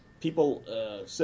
people